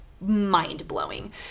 mind-blowing